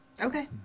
Okay